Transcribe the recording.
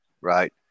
right